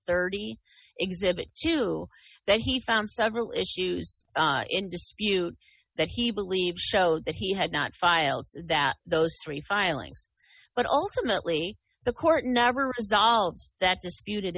thirty exhibit two that he found several issues in dispute that he believes showed that he had not filed that those three filings but ultimately the court never solves that disputed